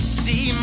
see